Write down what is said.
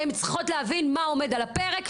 הן צריכות להבין מה עומד על הפרק,